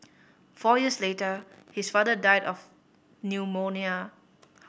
four years later his father died of pneumonia